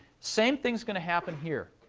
same thing's going to happen here.